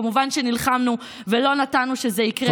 כמובן, נלחמנו ולא נתנו שזה יקרה.